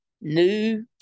new